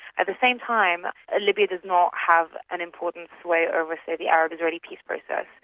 at the same time, libya does not have an important sway over say the arab-israeli peace process.